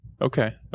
Okay